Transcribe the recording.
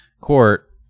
Court